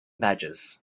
badges